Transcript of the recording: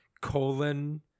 colon